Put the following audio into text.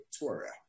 Victoria